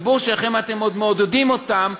בדיבור שלכם אתם עוד מעודדים אותם,